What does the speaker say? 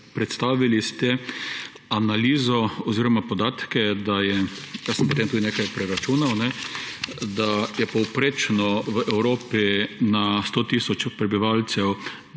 Predstavili ste analizo oziroma podatke, da je − jaz sem potem tudi nekaj preračunal − povprečno v Evropi na sto tisoč prebivalcev